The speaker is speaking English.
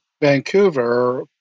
Vancouver